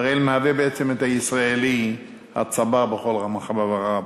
אראל מהווה בעצם את הישראלי הצבר בכל רמ"ח איבריו,